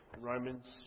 Romans